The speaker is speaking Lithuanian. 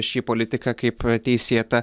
šį politiką kaip teisėtą